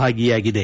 ಭಾಗಿಯಾಗಿದೆ